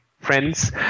friends